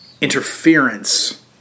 interference